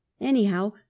Anyhow